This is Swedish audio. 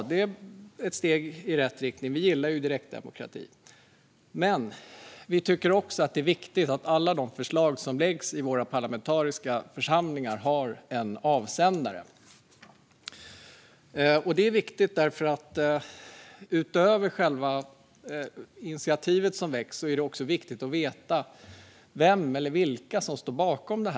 Det är ett steg i rätt riktning - vi gillar ju direktdemokrati. Men vi tycker också att det är viktigt att alla de förslag som läggs fram i våra parlamentariska församlingar har en avsändare. Utöver själva initiativet som väcks är det också viktigt att veta vem eller vilka som står bakom det.